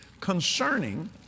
concerning